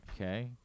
Okay